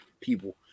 people